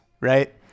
Right